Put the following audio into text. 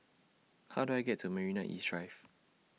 How Do I get to Marina East Drive